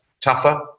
tougher